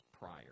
prior